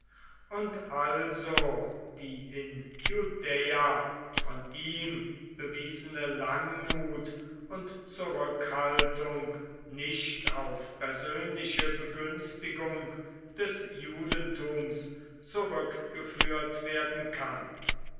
und also die in judäa von ihm bewiesene langmut und zurückhaltung nicht auf persönliche begünstigung des judentums zurückgeführt werden kann